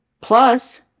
Plus